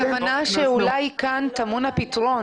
הכוונה שאולי כאן טמון הפתרון.